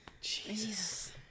Jesus